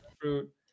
fruit